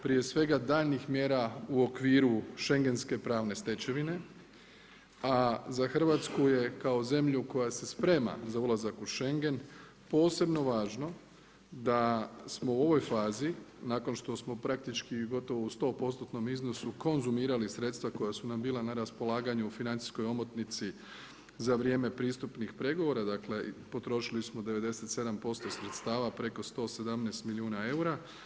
Prije svega daljnjih mjera u okviru Schengenske pravne stečevine, a za Hrvatsku je kao zemlju koja sprema za ulazak u Schengen posebno važno da smo u ovoj fazi nakon što smo praktički gotovo u 100% iznosu konzumirali sredstva koja su nam bila na raspolaganju u financijskoj omotnici za vrijeme pristupnih pregovora, dakle, potrošili smo 97% sredstava preko 117 milijuna eura.